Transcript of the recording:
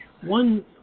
One